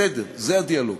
בסדר, זה הדיאלוג.